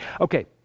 Okay